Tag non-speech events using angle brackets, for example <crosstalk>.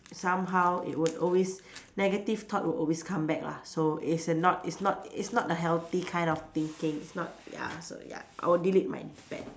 somehow it would always <breath> negative thought would always come back lah so it's not it's not it's not a healthy kind of thinking it's not ya so ya I would be delete my bad